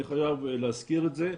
אני חייב להזכיר את זה,